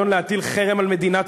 אני לא יכול להתחייב על העתיד.